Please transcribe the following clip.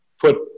put